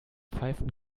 pfeifen